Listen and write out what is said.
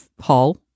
hall